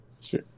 Sure